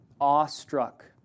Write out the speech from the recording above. awestruck